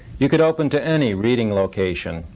you could open to any reading location.